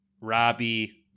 Robbie